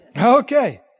Okay